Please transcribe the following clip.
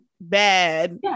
bad